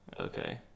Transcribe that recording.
Okay